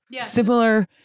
similar